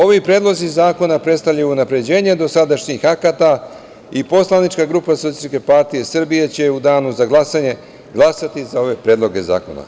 Ovi predlozi zakona predstavljaju unapređenje dosadašnjih akata i poslanička grupa SPS će u danu za glasanje glasati za ove predloge zakona.